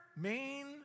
main